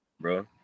bro